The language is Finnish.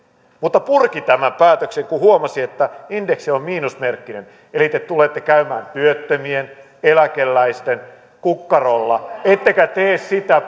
mutta purki tämän päätöksen kun huomasi että indeksi on miinusmerkkinen eli te tulette käymään työttömien eläkeläisten kukkarolla ettekä tee sitä